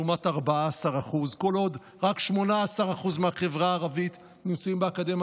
לעומת 14%; כל עוד רק 18% מהחברה הערבית נמצאים באקדמיה,